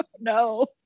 no